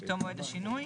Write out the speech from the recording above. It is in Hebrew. מתום מועד השינוי.